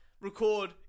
record